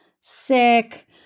sick